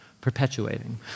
perpetuating